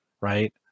Right